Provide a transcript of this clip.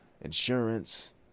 insurance